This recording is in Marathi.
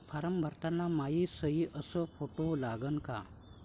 फारम भरताना मायी सयी अस फोटो लागन का?